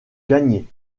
gagner